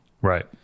right